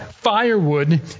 firewood